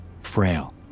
frail